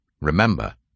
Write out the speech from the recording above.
Remember